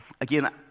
again